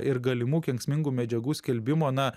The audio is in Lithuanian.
ir galimų kenksmingų medžiagų skelbimo na